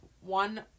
one